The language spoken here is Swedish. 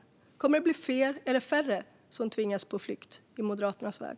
Kommer det att bli fler eller färre som tvingas på flykt i Moderaternas värld?